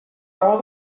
raó